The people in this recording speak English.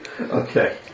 Okay